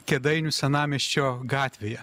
kėdainių senamiesčio gatvėje